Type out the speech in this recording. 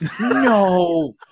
No